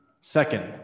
Second